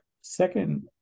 Second